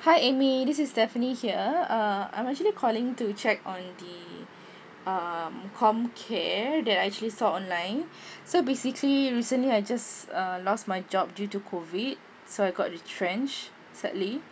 hi Amy this is Stephanie here uh I'm actually calling to check on the um comcare that I actually saw online so basically recently I just uh lost my job due to COVID so I got retrenched sadly